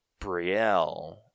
Brielle